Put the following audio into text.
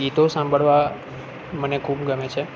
ગીતો સાંભળવા મને ખૂબ ગમે છે